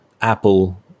Apple